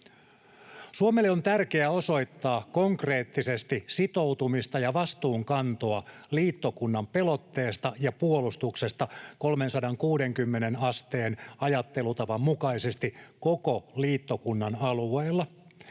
Suomelle on tärkeää osoittaa konkreettisesti sitoutumista ja vastuunkantoa liittokunnan pelotteesta ja puolustuksesta 360 asteen ajattelutavan mukaisesti koko liittokunnan alueella.